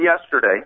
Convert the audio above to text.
yesterday